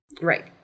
right